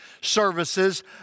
services